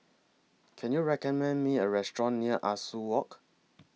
Can YOU recommend Me A Restaurant near Ah Soo Walk